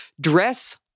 Dress